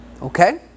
Okay